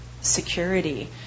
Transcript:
security